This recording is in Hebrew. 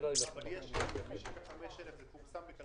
כמעט כמו שהוא נכנס.